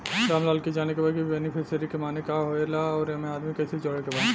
रामलाल के जाने के बा की बेनिफिसरी के माने का का होए ला एमे आदमी कैसे जोड़े के बा?